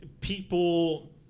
people